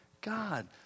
God